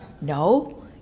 no